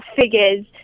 figures